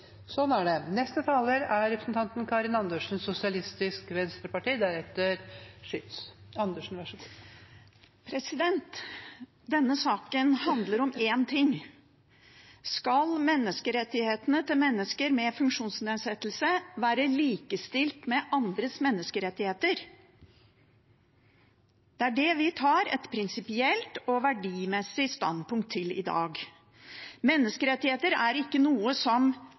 Denne saken handler om én ting: Skal menneskerettighetene til mennesker med funksjonsnedsettelse være likestilt med andres menneskerettigheter? Det er det vi tar et prinsipielt og verdimessig standpunkt til i dag. Menneskerettigheter er ikke noe som